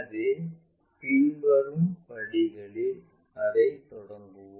எனவே பின்வரும் படிகளுடன் அதைத் தொடங்குவோம்